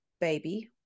baby